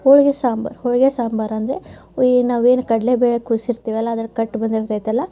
ಹೋಳಿಗೆ ಸಾಂಬಾರು ಹೋಳಿಗೆ ಸಾಂಬಾರು ಅಂದರೆ ಈಗ ನಾವು ಏನು ಕಡಲೆ ಬೇಳೆ ಕುದಿಸಿರ್ತೀವಲ್ಲ ಅದರ ಕಟ್ಟು ಬಂದಿರ್ತೈತಲ್ಲ